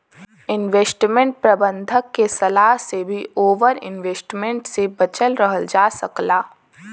investment प्रबंधक के सलाह से भी ओवर इन्वेस्टमेंट से बचल रहल जा सकला